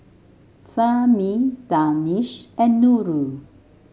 Fahmi Danish and Nurul